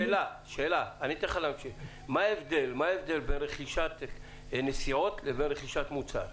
מה ההבדל בין רכישה של נסיעות לבין רכישת מוצר?